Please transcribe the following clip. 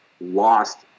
lost